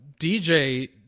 DJ